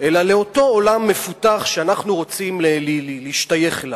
אלא לאותו עולם מפותח שאנחנו רוצים להשתייך אליו.